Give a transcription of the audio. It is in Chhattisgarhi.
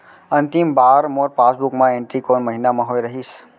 अंतिम बार मोर पासबुक मा एंट्री कोन महीना म होय रहिस?